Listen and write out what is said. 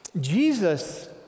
Jesus